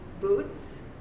boots